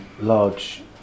large